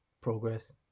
progress